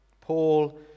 Paul